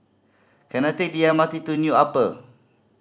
can I take the M R T to New Upper